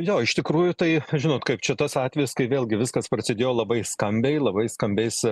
jo iš tikrųjų tai žinot kaip čia šitas atvejis kai vėlgi viskas prasidėjo labai skambiai labai skambiais